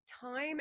time